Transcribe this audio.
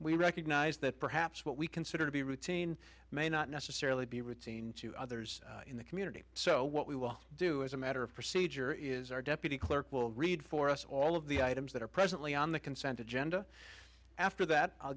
we recognize that perhaps what we consider to be routine may not necessarily be routine to others in the community so what we will do as a matter of procedure is our deputy clerk will read for us all of the items that are presently on the consent agenda after that i'll